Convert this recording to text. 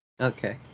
Okay